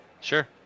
Sure